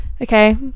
okay